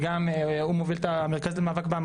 שהוא מוביל את המרכז למאבק בטיפולי